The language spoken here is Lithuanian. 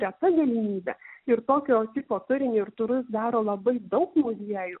reta galimybė ir tokio tipo turinį ir turus daro labai daug muziejų